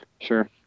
Sure